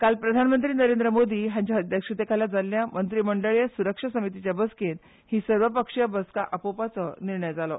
काल प्रधानमंत्री नरेंद्र मोदी हांचे अध्यक्षतेखाला जाल्ल्या मंत्री मंडळीय सुरक्षा समितीच्या बसकेंत हि सर्वपक्षीय बसका आपोवपाचो निर्णय जाल्लो